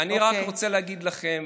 אני רק רוצה להגיד לכם,